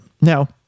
Now